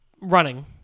running